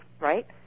right